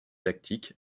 lactique